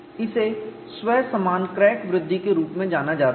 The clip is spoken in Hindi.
इसे स्वसमान क्रैक वृद्धि के रूप में जाना जाता है